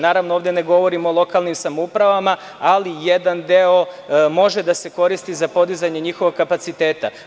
Naravno, ovde ne govorim o lokalnim samoupravama, ali jedan deo može da se koristi za podizanje njihovog kapaciteta.